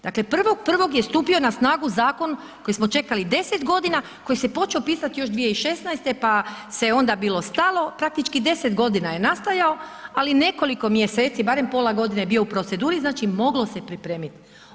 Dakle 1.1. je stupio na snagu Zakon koji smo čekali 10 godina koji se počeo pisati još 2016. pa se onda bilo stalo, praktički 10 godina je nastajao ali nekoliko mjeseci barem pola godine je bio u proceduri, znači moglo se pripremiti.